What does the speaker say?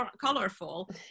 colorful